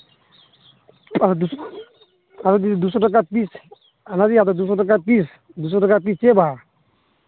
ᱟᱨ ᱟᱨ ᱡᱩᱰᱤ ᱫᱩᱥᱚ ᱴᱟᱠᱟ ᱯᱤᱥ ᱦᱮᱸ ᱫᱤ ᱟᱫᱚ ᱫᱩᱥᱚ ᱴᱟᱠᱟ ᱯᱤᱥ ᱫᱩᱥᱚ ᱴᱟᱠᱟ ᱯᱤᱥ ᱪᱮᱫ ᱵᱟᱦᱟ